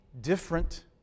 different